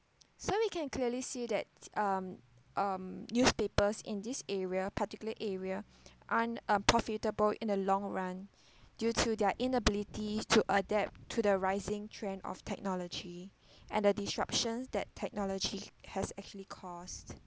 so we can clearly see that um um newspapers in this area particular area aren't um profitable in the long run due to their inability to adapt to the rising trend of technology and the disruptions that technology has actually caused